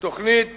תוכנית